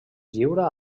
lliura